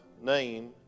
name